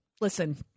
Listen